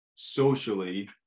Socially